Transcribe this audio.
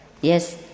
Yes